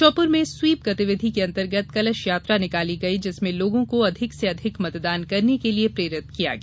श्योपुर में स्वीप गतिविधि के अंतर्गत कलश यात्रा निकाली गई जिसमें लोगों को अधिक से अधिक मतदान करने के लिये प्रेरित किया गया